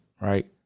right